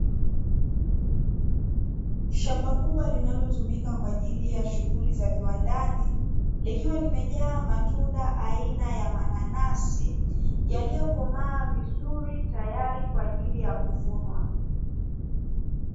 Shamba kubwa linalotumika kwa ajiri ya shughuli za viwandani, likiwa limejaa matunda aina ya mananasi yaliyokomaa vizuri tayari kwa ajiri ya kuvunwa.